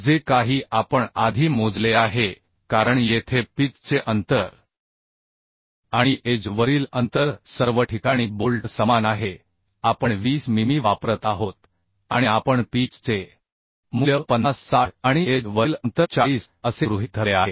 जे काही आपण आधी मोजले आहे कारण येथे पिच चे अंतर आणि एज वरील अंतर सर्व ठिकाणी बोल्ट समान आहे आपण 20 मिमी वापरत आहोत आणि आपण पीच चे मूल्य 50 60 आणि एज वरील अंतर 40 असे गृहीत धरले आहे